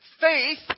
Faith